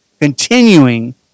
continuing